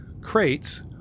crates